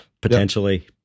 potentially